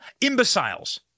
imbeciles